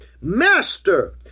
Master